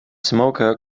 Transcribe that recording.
smoker